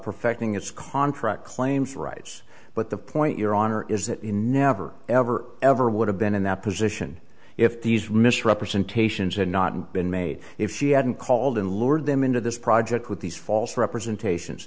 perfecting its contract claims rights but the point your honor is that you never ever ever would have been in that position if these misrepresentations had not been made if she hadn't called and lured them into this project with these false representations